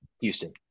Houston